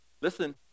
listen